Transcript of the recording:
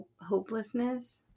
hopelessness